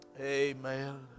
Amen